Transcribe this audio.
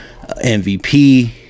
MVP